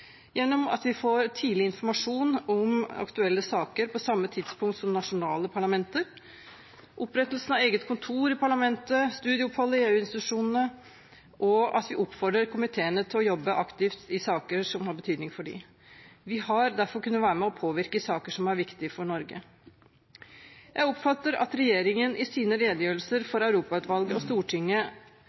gjennom at vi får tidlig informasjon om aktuelle saker på samme tidspunkt som nasjonale parlamenter, gjennom opprettelsen av eget kontor i parlamentet, gjennom studieopphold i EU-institusjonene og at vi oppfordrer komiteene til å jobbe aktivt i saker som har betydning for dem. Vi har derfor kunnet være med og påvirke i saker som er viktige for Norge. Jeg oppfatter at regjeringen i sine redegjørelser for Europautvalget og Stortinget